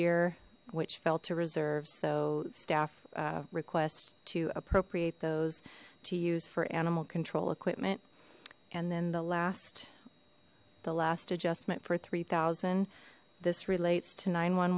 year which fell to reserve so staff request to appropriate those to use for animal control equipment and then the last the last adjustment for three thousand this relates